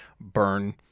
burn